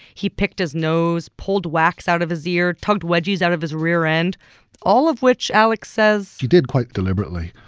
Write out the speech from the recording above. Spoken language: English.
he picked his nose, pulled wax out of his ear, tugged wedgies out of his rear end all of which, alex says. he did quite deliberately.